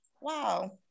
wow